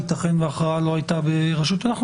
ייתכן וההכרעה לא הייתה ברשות --- אנחנו